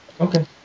Okay